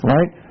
Right